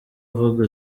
uvuga